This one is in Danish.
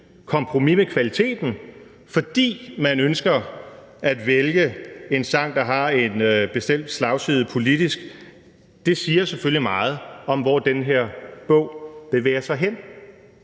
kompromis med kvaliteten, fordi man ønsker at vælge en sang, der har en bestemt slagside politisk, siger selvfølgelig meget om, hvor den her bog bevæger sig hen.